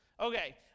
Okay